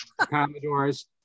Commodores